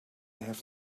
have